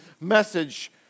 message